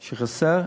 שחסר,